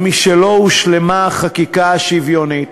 ומשלא הושלמה החקיקה השוויונית,